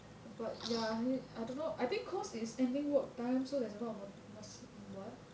but ya I don't know I think cause it's ending work time so there's a lot of what